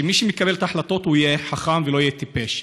שמי שמקבל את ההחלטות יהיה חכם ולא יהיה טיפש,